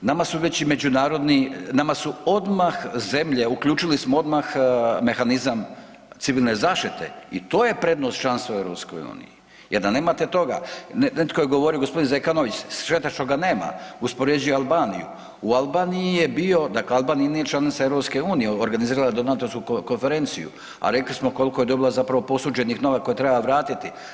Nama su već i međunarodni, nama su odmah zemlje uključili smo odmah mehanizam civilne zaštite i to je prednost članstva u EU jer da nemate toga, netko je govorio gospodin Zeklanović šteta što ga nema, uspoređuje Albaniju, u Albaniji je bio dakle Albanija nije članica EU, organizirala je donatorsku konferenciju, a rekli smo koliko je dobila zapravo posuđenih novaca koje treba vratiti.